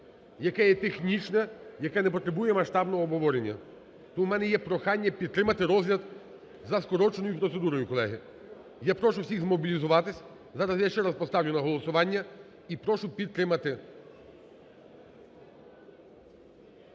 яке є технічне, яке не потребує масштабного обговорення. Тому в мене є прохання підтримати розгляд за скороченою процедурою, колеги. Я прошу всіх змобілізуватися, зараз я ще раз посталю на голосування і прошу підтримати.